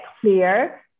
clear